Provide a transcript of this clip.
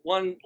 One